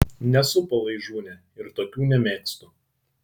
nesu palaižūnė ir tokių nemėgstu